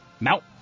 Mount